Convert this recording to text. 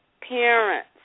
parents